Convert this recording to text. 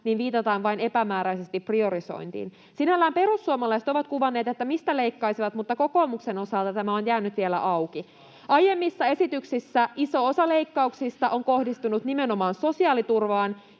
viitataan vain epämääräisesti priorisointiin. Sinällään perussuomalaiset ovat kuvanneet, mistä leikkaisivat, mutta kokoomuksen osalta tämä on jäänyt vielä auki. Aiemmissa esityksissä iso osa leikkauksista on kohdistunut nimenomaan sosiaaliturvaan,